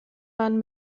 man